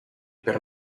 per